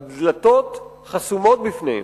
הדלתות חסומות בפניהם,